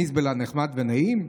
במזבלה נחמד ונעים?